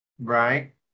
right